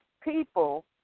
people